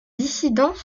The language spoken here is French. dissidents